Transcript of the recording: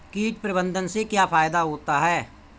कीट प्रबंधन से क्या फायदा होता है?